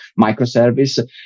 microservice